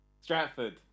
Stratford